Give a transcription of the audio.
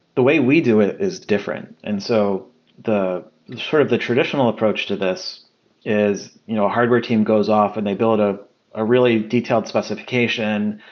the way we do it is different, and so sort of the traditional approach to this is you know a hardware team goes off and they build ah a really detailed specification.